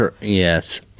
Yes